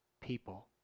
people